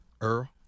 Earl